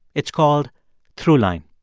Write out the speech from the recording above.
it's called throughline.